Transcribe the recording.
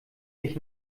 mich